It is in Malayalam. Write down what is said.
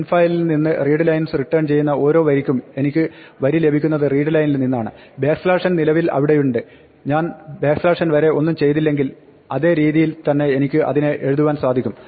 infile ൽ നിന്ന് readlines റിട്ടേൺ ചെയ്യുന്ന ഓരോ വരിക്കും എനിക്ക് വരി ലഭിക്കുന്നത് readline ൽ നിന്നാണ് n നിലവിൽ അവിടെയുണ്ട് ഞാൻ n വരെ ഒന്നും ചെയ്തില്ലെങ്കിൽ അതേ രീതിയിൽ തന്നെ എനിക്ക് അതിനെ എഴുതുവാൻ സാധിക്കും